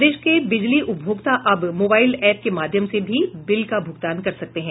प्रदेश के बिजली उपभोक्ता अब मोबाइल एप के माध्यम से भी बिल का भूगतान कर सकते हैं